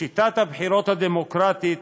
בשיטת הבחירות הדמוקרטית